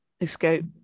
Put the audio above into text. Escape